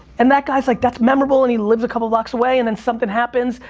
and that guys like, that's memorable and he lives a couple blocks away and then something happens.